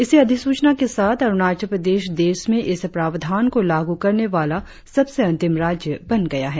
इसी अधिसूचना के साथ अरुणाचल प्रदेश देश में इस प्रावधान को लागू करने वाला सबसे अंतिम राज्य बन गया है